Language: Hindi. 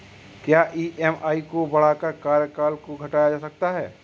क्या ई.एम.आई को बढ़ाकर कार्यकाल को घटाया जा सकता है?